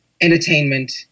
entertainment